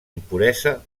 impuresa